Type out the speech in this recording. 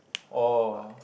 oh